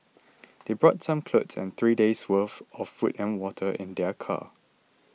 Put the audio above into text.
they brought some clothes and three days' worth of food and water in their car